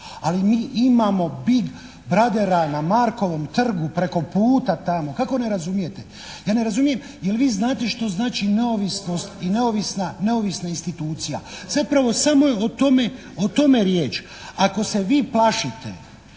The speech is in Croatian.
ali mi imamo Big brothera na Markovom trgu preko puta tamo. Kako ne razumijete? Ja ne razumijem je li vi znate što znači neovisnost i neovisna institucija. Zapravo samo je o tome riječ. Ako se vi plašite,